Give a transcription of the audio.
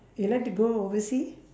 you like to go oversea